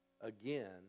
again